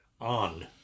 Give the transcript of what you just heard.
on